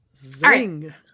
Zing